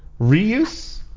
reuse